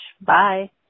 bye